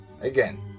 Again